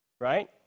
Right